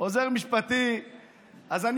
לא התמחית?